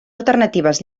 alternatives